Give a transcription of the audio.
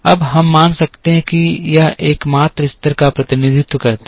अब हम मान सकते हैं कि यह एकमात्र स्तर का प्रतिनिधित्व करता है